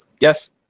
Yes